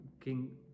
King